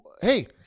Hey